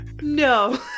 No